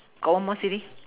got one more silly